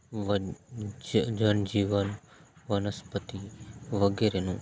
one છ જન જીવન વનસ્પતિ વગેરેનું